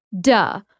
Duh